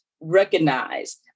recognized